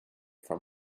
from